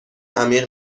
عمیق